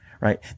Right